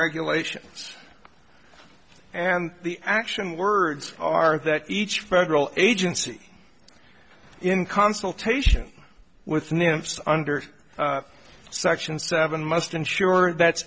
regulations and the action words are that each federal agency in consultation with numerous under section seven must ensure that